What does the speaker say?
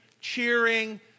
cheering